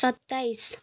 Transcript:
सत्ताइस